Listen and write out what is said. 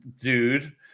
dude